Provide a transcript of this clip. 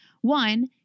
One